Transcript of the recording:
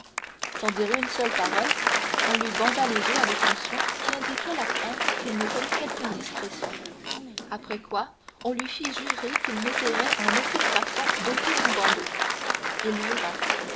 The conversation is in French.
sans dire une seule parole on lui banda les yeux avec un soin qui indiquait la crainte qu'il ne commit quelque indiscrétion après quoi on lui fit jurer qu'il n'essayerait en aucune façon d'ôter son bandeau il jura